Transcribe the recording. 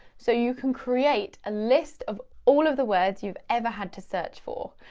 so you can create a list of all of the words you've ever had to search for,